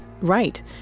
Right